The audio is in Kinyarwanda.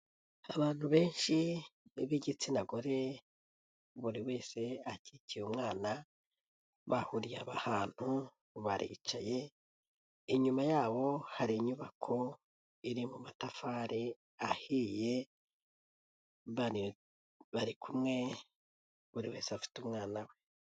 Abantu benshi b'igitsina gore buri wese akikiye umwana, bahuriye ahantutu baricaye. Inyuma yabo hari inyubako iri mu matafari ahiye bari kumwe buri wese afite umwana we.